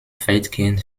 weitgehend